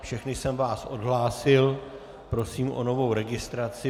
Všechny jsem vás odhlásil, prosím o novou registraci.